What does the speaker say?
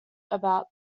about